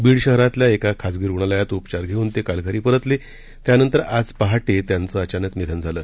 बीड शहरातल्या एका खासगी रुग्णालयात उपचार घेऊन ते काल घरी परतले त्यानंतर आज पहाटे त्यांचं अचानक निधन झालं